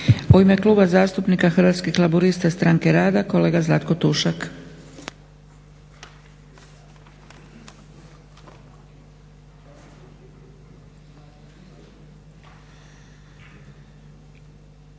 U ime Kluba zastupnika Hrvatskih laburista-Stranke rada kolega Zlatko Tušak. **Tušak, Zlatko (Hrvatski laburisti - Stranka rada)**